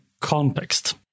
context